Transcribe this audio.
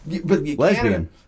lesbian